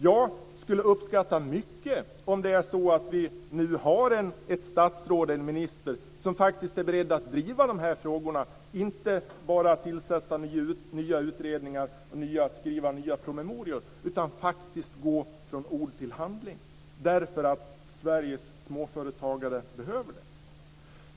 Jag skulle uppskatta mycket om vi nu har ett statsråd, en minister, som faktiskt är beredd att driva de här frågorna - inte bara tillsätta nya utredningar och skriva nya promemorior utan faktiskt gå från ord till handling. Sveriges småföretagare behöver det.